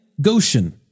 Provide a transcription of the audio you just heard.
Goshen